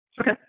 Okay